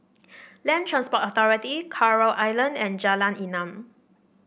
Land Transport Authority Coral Island and Jalan Enam